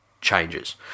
changes